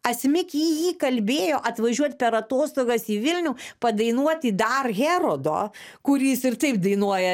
asmik jį įkalbėjo atvažiuot per atostogas į vilnių padainuoti dar herodo kuris ir taip dainuoja